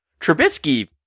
Trubisky